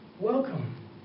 welcome